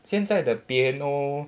现在的 piano